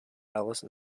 alice